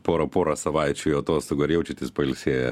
pora porą savaičių atostogų ar jaučiatės pailsėję